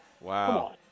Wow